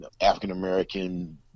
African-American